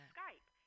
Skype